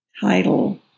title